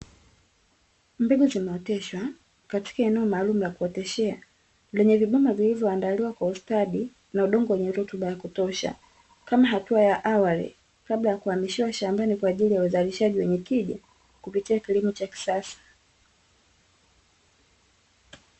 Mbegu zimeoteshwa katika eneo maalumu la kuoteshea lenye vibomba vilivyoandaliwa kwa ustadi na udongo wenye rutuba ya kutosha, kama hatua ya awali kabla ya kuhamishiwa shambani kwa ajili ya uzalishaji wenye tija kupitia kilimo cha kisasa.